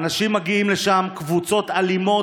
אנשים מגיעים לשם, קבוצות אלימות,